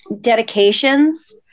dedications